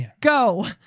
go